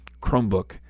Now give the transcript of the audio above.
Chromebook